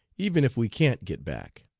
even if we can't get back.